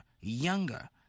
younger